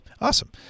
awesome